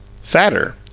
fatter